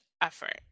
effort